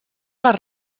les